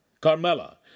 Carmela